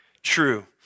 true